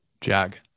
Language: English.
Jag